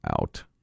out